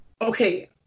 Okay